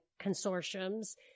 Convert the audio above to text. consortiums